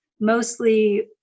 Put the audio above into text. mostly